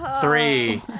Three